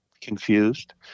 confused